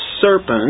serpent